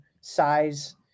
size